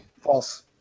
false